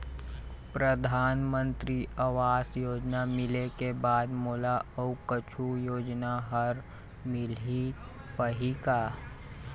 परधानमंतरी आवास योजना मिले के बाद मोला अऊ कुछू योजना हर मिल पाही का?